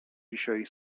dzisiaj